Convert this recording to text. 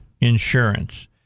insurance